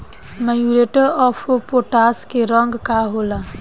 Muriate of potash के रंग का होला?